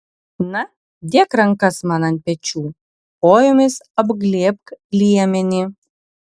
na dėk rankas man ant pečių kojomis apglėbk liemenį